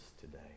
today